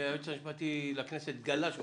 שהיועץ המשפטי לכנסת גלש בדברים.